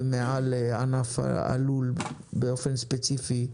ומעל ענף הלול באופן ספציפי,